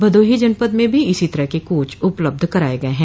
भदोही जनपद में भी इसी तरह के कोच उपलब्ध कराये गये हैं